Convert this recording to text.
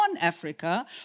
Africa